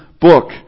book